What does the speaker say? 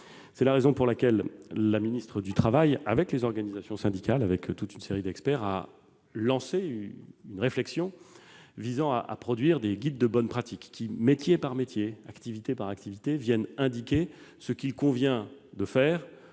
C'est la raison pour laquelle la ministre du travail, avec les organisations syndicales et toute une série d'experts, a lancé une réflexion visant à produire des guides de bonnes pratiques, métier par métier, activité par activité. Ces documents sont très